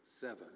seven